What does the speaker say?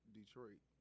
Detroit